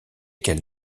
qu’elle